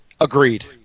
Agreed